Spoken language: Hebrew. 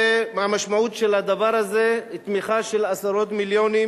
והמשמעות של הדבר הזה היא תמיכה של עשרות מיליונים